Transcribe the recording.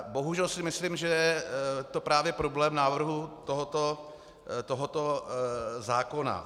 Bohužel si myslím, že je to právě problém návrhu tohoto zákona.